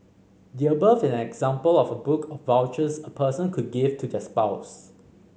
the above is an example of a book of vouchers a person could give to their spouse